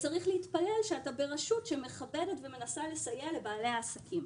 וצריך להתפלל שאתה ברשות שמכבדת ומנסה לסייע לבעלי העסקים.